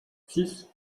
six